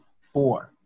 four